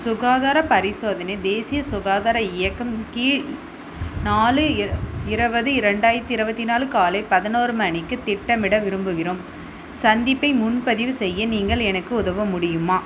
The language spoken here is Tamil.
சுகாதாரப் பரிசோதனை தேசிய சுகாதார இயக்கம் கீழ் நாலு இருபது ரெண்டாயிரத்தி இருபத்தி நாலு காலை பதினோரு மணிக்கு திட்டமிட விரும்புகிறோம் சந்திப்பை முன்பதிவு செய்ய நீங்கள் எனக்கு உதவ முடியுமா